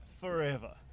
forever